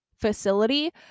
facility